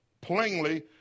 plainly